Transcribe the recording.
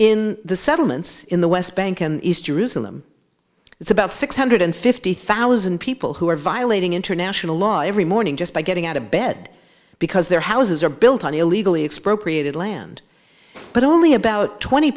in the settlements in the west bank and east jerusalem it's about six hundred fifty thousand people who are violating international law every morning just by getting out of bed because their houses are built on the illegally expropriated land but only about twenty